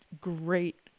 great